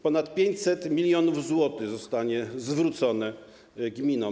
Ponad 500 mln zł zostanie zwrócone gminom.